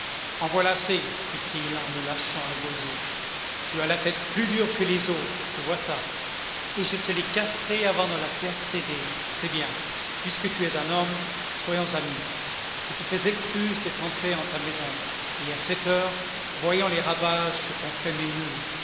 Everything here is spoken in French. en voilà assez fit-il en me lâchant le gosier tu as la tête plus dure que les os je vois ça et je te les casserais avant de la faire céder c'est bien puisque tu es un homme soyons amis je te fais excuse d'être entré en ta maison et à cette heure voyons les ravages que t'ont fait